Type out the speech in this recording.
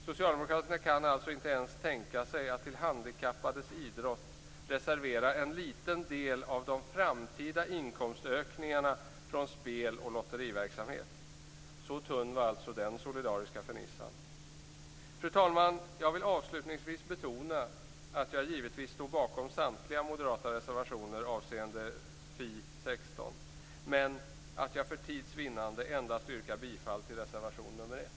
Socialdemokraterna kan alltså inte ens tänka sig att till handikappades idrott reservera en liten del av de framtida inkomstökningarna från spel och lotteriverksamhet. Så tunn var alltså den solidariska fernissan. Fru talman! Jag vill avslutningsvis betona att jag givetvis står bakom samtliga moderata reservationer avseende betänkandet FiU16. För tids vinnande yrkar jag dock bifall endast till reservation 1.